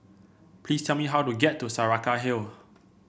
please tell me how to get to Saraca Hill